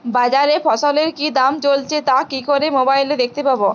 বাজারে ফসলের কি দাম চলছে তা কি করে মোবাইলে দেখতে পাবো?